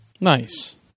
Nice